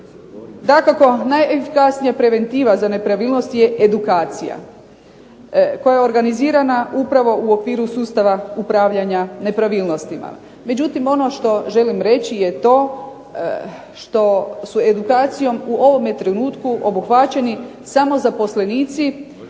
Dakako, najefikasnija preventiva za nepravilnosti je edukacija koja je organizirana upravo u okviru sustava upravljanja nepravilnosti. Međutim, ono što želim reći je to što su edukacijom u ovome trenutku obuhvaćeni samo zaposlenici